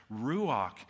Ruach